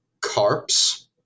Carps